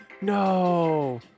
No